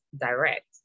direct